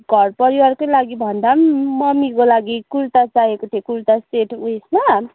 घर परिवारकै लागि भन्दा पनि मम्मीको लागि कुर्ता चाहिएको थियो कुर्ता सेट उयेसमा